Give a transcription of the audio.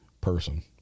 person